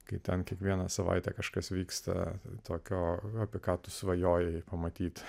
kai ten kiekvieną savaitę kažkas vyksta tokio apie ką tu svajojai pamatyti